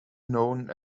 known